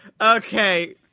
Okay